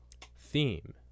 theme